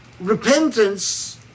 Repentance